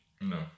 No